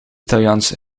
italiaans